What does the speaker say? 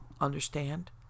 Understand